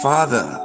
Father